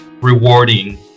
rewarding